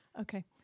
Okay